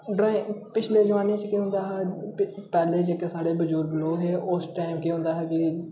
drawing पिछले जमाने च केह् होंदा हा कि पैह्लें जेह्के साढ़े बजुर्ग लोक हे उस टाइम केह् होंदा हा कि